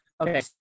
Okay